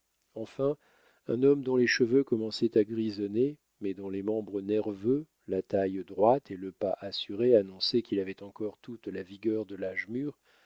enfin un homme dont les cheveux commençaient à grisonner mais dont les membres nerveux la taille droite et le pas assuré annonçaient qu'il avait encore toute la vigueur de l'âge mûr